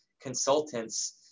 consultants